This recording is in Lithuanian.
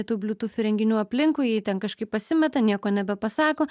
tų bluetooth įrenginių aplinkui jei ten kažkaip pasimeta nieko nebepasako